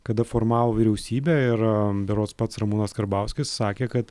kada formavo vyriausybę ir berods pats ramūnas karbauskis sakė kad